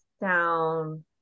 down